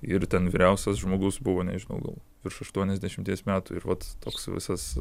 ir ten vyriausias žmogus buvo nežinau gal virš aštuoniasdešimties metų ir vat toks visas